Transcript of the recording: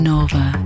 Nova